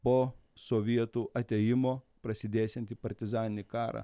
po sovietų atėjimo prasidėsiantį partizaninį karą